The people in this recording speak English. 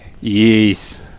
Yes